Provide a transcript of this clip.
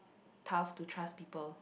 tough to trust people